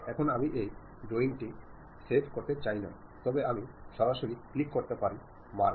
এখন আমি এই ড্রয়িংটি সেভ করতে চাই না তবে আমি সরাসরি ক্লিক করতে পারি মার্ক